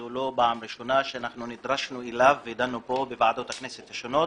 זו לא פעם ראשונה שאנחנו נדרשנו אליו ודנו בו בוועדות הכנסת השונות,